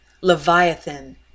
Leviathan